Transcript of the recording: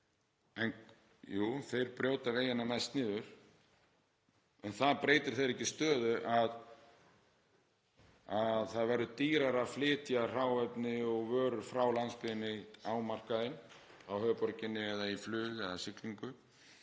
Jú, þeir brjóta vegina mest niður en það breytir ekki þeirri stöðu að það verður dýrara að flytja hráefni og vörur frá landsbyggðinni á markaðinn í höfuðborginni en í flugi eða siglingu